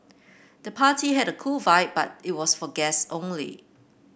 the party had a cool vibe but it was for guests only